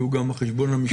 שהוא גם החשבון המשפחתי.